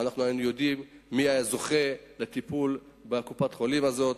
ואנחנו יודעים מי היה זוכה לטיפול בקופת-החולים הזאת.